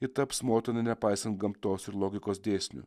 ji taps motina nepaisant gamtos ir logikos dėsnių